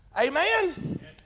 Amen